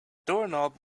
doorknob